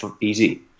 Easy